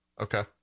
okay